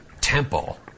temple